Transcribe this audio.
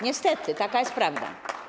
Niestety taka jest prawda.